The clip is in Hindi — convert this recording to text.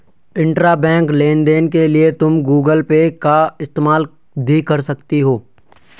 इंट्राबैंक लेन देन के लिए तुम गूगल पे का इस्तेमाल भी कर सकती हो